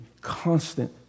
constant